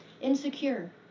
insecure